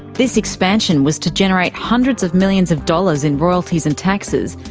this expansion was to generate hundreds of millions of dollars in royalties and taxes,